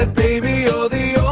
ah baby! you are the